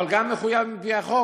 אבל גם מחויב על-פי החוק,